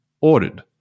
ordered